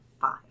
five